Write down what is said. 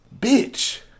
bitch